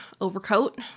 overcoat